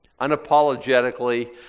unapologetically